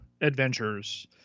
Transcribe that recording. adventures